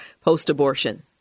post-abortion